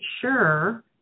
sure